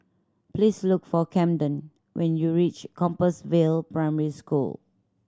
please look for Kamden when you reach Compassvale Primary School